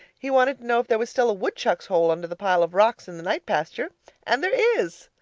he wanted to know if there was still a woodchuck's hole under the pile of rocks in the night pasture and there is!